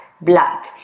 black